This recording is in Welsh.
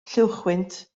lluwchwynt